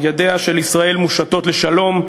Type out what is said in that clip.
ידיה של ישראל מושטות לשלום.